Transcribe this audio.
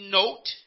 note